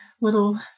little